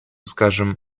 скажем